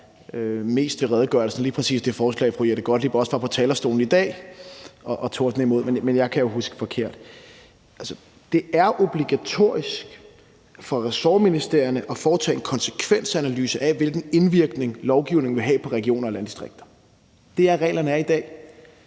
det er obligatorisk for ressortministerierne at foretage en konsekvensanalyse af, hvilken indvirkning lovgivning vil have på regioner og landdistrikter. Det er sådan, reglerne er i dag.